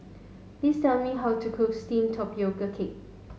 please tell me how to cook steamed tapioca cake